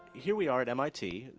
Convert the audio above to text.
here we are at mit.